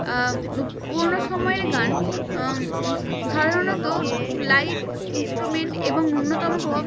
পুরোনো সময়ের গান সাধারণত লাইভ ইন্স্ট্রুমেন্ট এবং ন্যূনতম প্রভাব